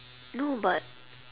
no but